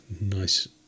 nice